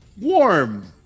warm